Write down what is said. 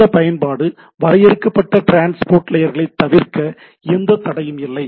இந்த பயன்பாடு வரையறுக்கப்பட்ட ட்ரான்ஸ்போர்ட் லேயர்களை தவிர்க்க எந்தத் தடையும் இல்லை